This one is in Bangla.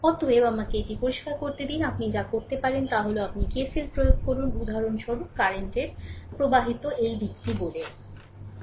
অতএব আমাকে এটি পরিষ্কার করতে দিন আপনি যা করতে পারেন তা হল আপনি KCL প্রয়োগ করুন উদাহরণস্বরূপ কারেন্টের প্রবাহিত এই দিকটি বলে